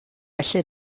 felly